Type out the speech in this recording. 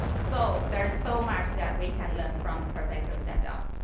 so there's so much that we can learn from professor sandel.